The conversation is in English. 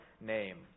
name